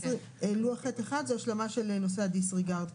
לוח ח'1 זה השלמה של נושא ה-disregard,